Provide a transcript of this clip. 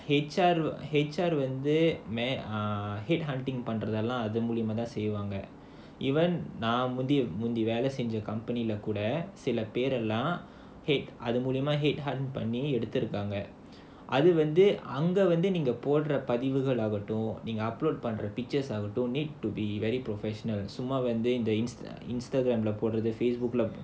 H_R H_R வந்து:vandhu ah head hunting பண்றதெல்லாம் அது மூலமாதான் செய்வாங்க:pandrathellaam adhu moolamaathan seivaanga even நான் வந்து முந்தி வேல செஞ்ச:naan vandhu munthi vela senja company leh கூட சில பேரெல்லாம்:kooda sila perallaam head hunting பண்ணி எடுத்துருக்காங்க அது வந்து அங்க வந்து நீங்க போடுற பதிவுகளாகட்டும் நீங்க:panni eduthurukkaanga adhu vandhu neenga podura padhivugalaagattum neenga upload பண்ற:pandra pictures ஆகட்டும்:aagatum don't need to be very professional சும்மா வந்து இந்த:summa vandhu indha Instagram போடுறது:podurathu Facebook leh